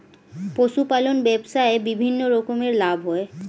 পশুপালন ব্যবসায় বিভিন্ন রকমের লাভ হয়